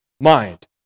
mind